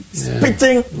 spitting